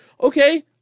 okay